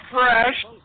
fresh